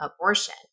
abortion